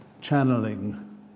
channeling